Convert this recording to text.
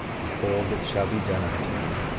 behold, it shall be done unto you.